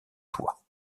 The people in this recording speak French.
toi